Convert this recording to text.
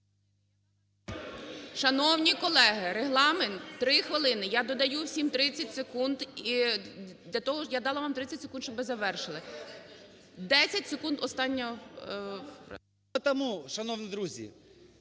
Шановні колеги, регламент – 3 хвилини. Я додаю всім 30 секунд для того, я дала вам 30 секунд, щоб ви завершили. 10 секунд остання…